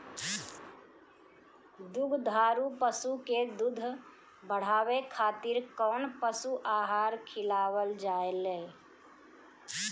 दुग्धारू पशु के दुध बढ़ावे खातिर कौन पशु आहार खिलावल जाले?